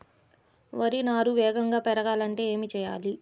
వరి నారు వేగంగా పెరగాలంటే ఏమి చెయ్యాలి?